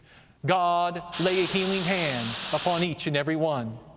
god, lay a healing hand upon each and every one.